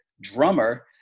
drummer